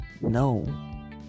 no